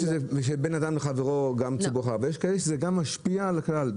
שזה בין אדם לחברו --- ויש כאלה שזה גם משפיע על הכלל.